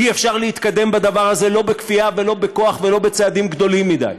אי-אפשר להתקדם בדבר הזה לא בכפייה ולא בכוח ולא בצעדים גדולים מדי.